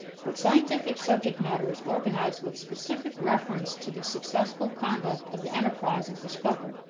but scientific subject matter is organized with specific reference to the successful conduct of the enterprise of discovery,